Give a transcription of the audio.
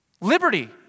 Liberty